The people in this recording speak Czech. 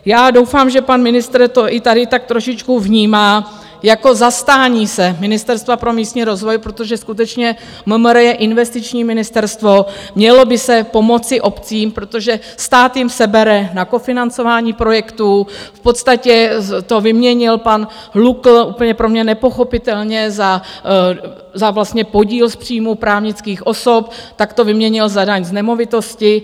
Já doufám, že pan ministr to i tady tak trošičku vnímá jako zastání se Ministerstva pro místní rozvoj, protože skutečně MMR je investiční ministerstvo, mělo by se pomoci obcím, protože stát jim sebere na kofinancování projektů, v podstatě to vyměnil pan Lukl, to je pro mne nepochopitelné, za vlastně podíl z příjmu právnických osob, tak to vyměnil za daň z nemovitosti.